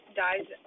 dies